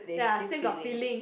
ya still got feeling